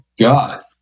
God